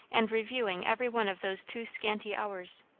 and reviewing every one of those too scanty hours.